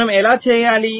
మనము ఎలా చేయాలి